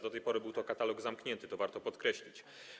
Do tej pory był to katalog zamknięty, co warto podkreślić.